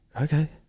okay